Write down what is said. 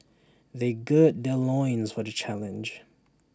they gird their loins for the challenge